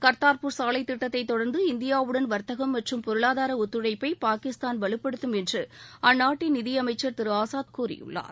கா்த்தா்பூர் சாலைத் திட்டத்தை தொடா்ந்து இந்தியாவுடன் வா்த்தகம் மற்றும் பொருளாதார ஒத்துழைப்பை பாகிஸ்தான் வலுபடுத்தும் என்று அந்நாட்டின் நிதியமைச்ச் திரு ஆசாத் உமர் கூறியிருக்கிறார்